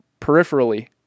peripherally